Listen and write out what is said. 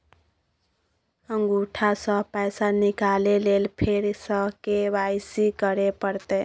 अंगूठा स पैसा निकाले लेल फेर स के.वाई.सी करै परतै?